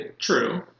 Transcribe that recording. True